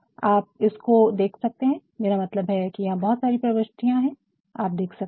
आप इसको देख सकते है मेरा मतलब है कि यहाँ बहुत सारी प्रवष्टि है आप देख सकते है